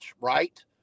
right